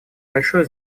большое